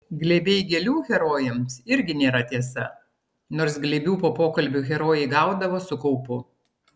glėbiai gėlių herojams irgi nėra tiesa nors glėbių po pokalbių herojai gaudavo su kaupu